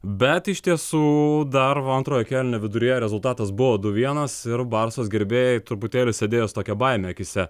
bet iš tiesų darbo antrojo kėlinio viduryje rezultatas buvo du vienas ir barsos gerbėjai truputėlį sėdėjo su tokia baime akyse